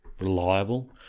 reliable